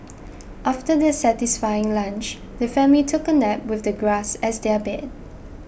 after their satisfying lunch the family took a nap with the grass as their bed